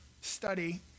study